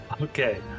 Okay